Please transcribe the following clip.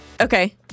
Okay